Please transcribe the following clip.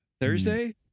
Thursday